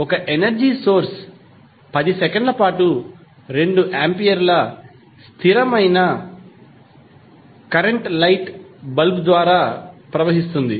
ఒక energy source 10 సెకన్ల పాటు 2 ఆంపియర్ల కాంస్టెంట్ కరెంట్ లైట్ బల్బ్ ద్వారా ప్రవహిస్తుంది